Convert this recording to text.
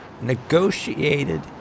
negotiated